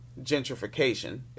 Gentrification